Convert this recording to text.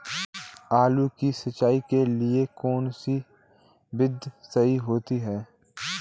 आलू की सिंचाई के लिए कौन सी विधि सही होती है?